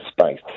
space